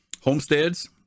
homesteads